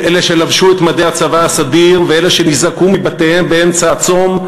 אלה שלבשו את מדי הצבא הסדיר ואלה שנזעקו מבתיהם באמצע הצום,